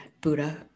Buddha